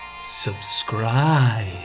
subscribe